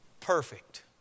perfect